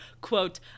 quote